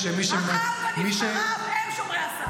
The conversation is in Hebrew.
העם ונבחריו הם שומרי הסף.